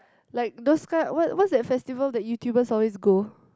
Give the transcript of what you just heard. like those kind what what's that festival that YouTubers always go